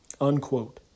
Unquote